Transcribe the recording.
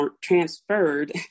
transferred